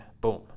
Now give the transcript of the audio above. boom